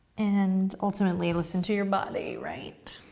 and ultimately, listen to your body, right?